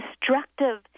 destructive